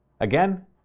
Again